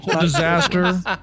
disaster